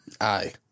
Aye